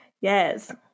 Yes